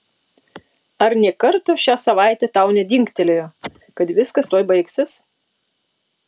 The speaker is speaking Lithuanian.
ar nė karto šią savaitę tau nedingtelėjo kad viskas tuoj baigsis